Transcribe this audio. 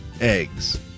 eggs